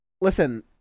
listen